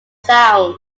sounds